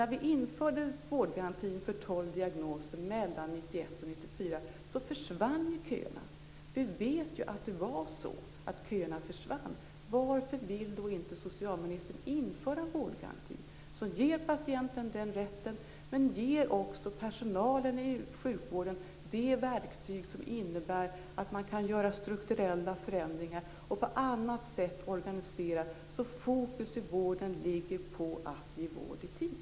När vi införde vårdgarantin för 12 diagnostiserade tillstånd under åren 1991-1994 försvann köerna. Vi vet att köerna försvann. Varför vill inte socialministern införa vårdgarantin? Då ges patienten rätten, men också personalen ges det verktyg som innebär att man kan göra strukturella förändringar och på annat sätt organisera så att fokus i vården ligger på att ge vård i tid.